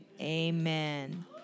Amen